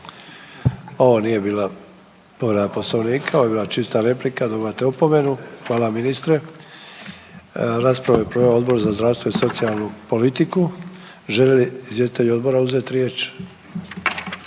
Ovo nije bila povreda Poslovnika. Ovo je bila čista replika. Dobivate opomenu. Hvala ministre. Raspravu je proveo Odbor za zdravstvo i socijalnu politiku. Žele li izvjestitelji Odbora uzeti riječ?